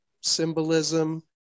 symbolism